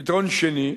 פתרון שני,